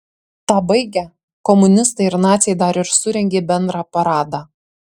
tą baigę komunistai ir naciai dar ir surengė bendrą paradą